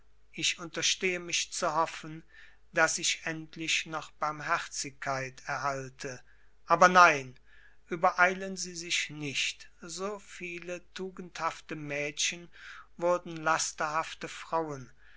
ich unterstehe mich zu hoffen daß ich endlich noch barmherzigkeit erhalte aber nein übereilen sie sich nicht so viele tugendhafte mädchen wurden lasterhafte frauen